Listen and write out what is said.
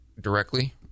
directly